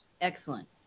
Excellent